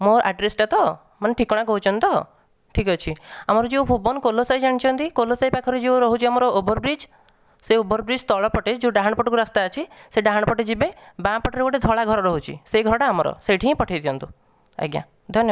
ମୋ ଆଡ୍ରେସ ଟା ତ ମାନେ ଠିକଣା କହୁଛନ୍ତି ତ ଠିକ୍ ଅଛି ଆମର ଯେଉଁ ଭୁବନ କୋଲୋସାହି ଜାଣିଛନ୍ତି କୋଲୋସାହି ପାଖରେ ଆମର ଯେଉଁ ରହୁଛି ଓଭର୍ ବ୍ରିଜ୍ ସେ ଓଭର୍ ବ୍ରିଜ୍ ତଳ ପଟେ ଯେଉଁ ଡାହାଣ ପଟକୁ ରାସ୍ତା ଅଛି ସେ ଡାହାଣ ପଟେ ଯିବେ ବାଆଁ ପଟରେ ଗୋଟେ ଧଳା ଘର ରହୁଛି ସେ ଘର ଟା ଆମର ସେଇଠି ହିଁ ପଠେଇ ଦିଅନ୍ତୁ ଆଜ୍ଞା ଧନ୍ୟବାଦ